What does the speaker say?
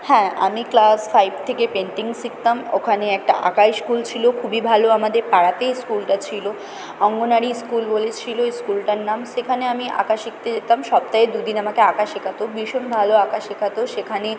হ্যাঁ আমি class five থেকে পেন্টিং শিখতাম ওখানে একটা আঁকার স্কুল ছিল খুবই ভালো আমাদের পাড়াতেই স্কুলটা ছিল অঙ্গনওয়াড়ি স্কুল বলে ছিল স্কুলটার নাম সেখানে আমি আঁকা শিখতে যেতাম সপ্তাহে দুদিন আমাকে আঁকা শেখাত ভীষণ ভালো আঁকা শেখাত সেখানে